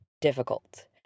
difficult